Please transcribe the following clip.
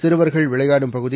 சிறுவர்கள் விளையாடும் பகுதி